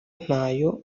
ntayo